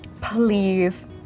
please